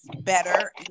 better